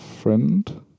friend